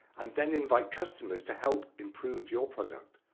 and then invite customers to help improve your product.